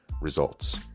results